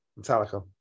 Metallica